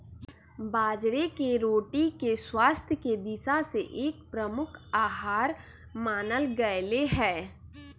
बाजरे के रोटी के स्वास्थ्य के दिशा से एक प्रमुख आहार मानल गयले है